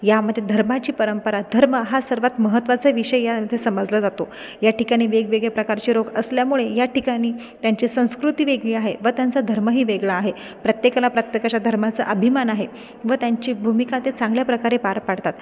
यामध्ये धर्माची परंपरा धर्म हा सर्वात महत्त्वाचा विषय या इथं समजला जातो या ठिकाणी वेगवेगळ्या प्रकारचे रोक असल्यामुळे या ठिकाणी त्यांची संस्कृती वेगळी आहे व त्यांचा धर्मही वेगळा आहे प्रत्येकाला आप आपल्याशा धर्माचा अभिमान आहे व त्यांची भूमिका ते चांगल्या प्रकारे पार पाडतात